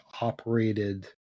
operated